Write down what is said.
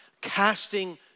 Casting